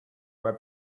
web